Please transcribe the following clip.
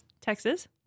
Texas